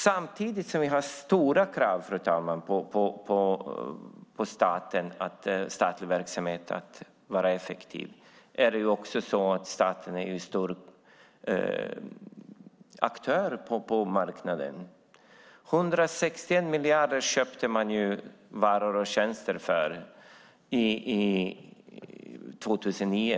Samtidigt som det finns stora krav, fru talman, på att den statliga verksamheten ska vara effektiv är staten en stor aktör på marknaden. Man köpte varor och tjänster för 161 miljarder under 2009.